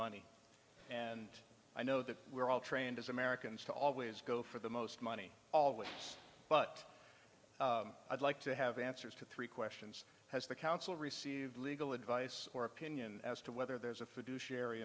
money and i know that we're all trained as americans to always go for the most money all of us but i'd like to have answers to three questions has the council received legal advice or opinion as to whether there's a